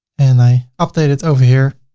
and i update it over here,